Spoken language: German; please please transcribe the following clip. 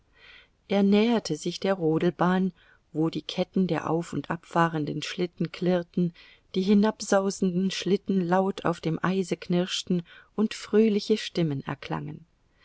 er näherte sich der rodelbahn wo die ketten der auf und ab fahrenden schlitten klirrten die hinabsausenden schlitten laut auf dem eise knirschten und fröhliche stimmen erklangen